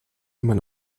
man